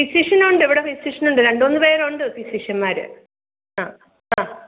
physician ഉണ്ട് ഇവിടെ physician ഉണ്ട് രണ്ടുമൂന്ന് പേരുണ്ട് ഫിസിഷ്യൻമാർ ആ ആ